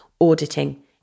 auditing